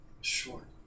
Sure